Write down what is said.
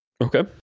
okay